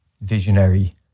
visionary